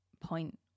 point